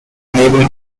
unable